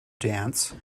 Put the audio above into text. dance